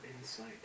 insight